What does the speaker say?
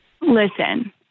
Listen